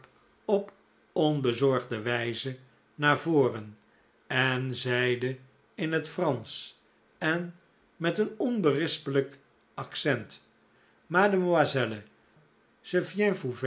op onbezorgde wijze naar voren en zeide in het fransch en met een onberispelijk accent mademoiselle